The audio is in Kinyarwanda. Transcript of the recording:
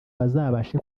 bazabashe